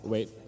Wait